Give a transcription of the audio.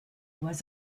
was